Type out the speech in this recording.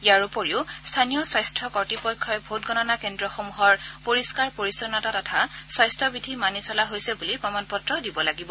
ইয়াৰ উপৰি স্থানীয় স্বাস্থ্য কৰ্তৃপক্ষই ভোটগণনা কেন্দ্ৰসমূহৰ পৰিস্থাৰ পৰিছন্নতা তথা স্বাস্থ্য বিধি মানি চলা হৈছে বুলি প্ৰমাণপত্ৰ দিব লাগিব